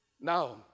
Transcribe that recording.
Now